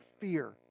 fear